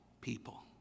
people